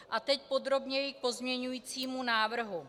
A teď podrobněji k pozměňovacímu návrhu.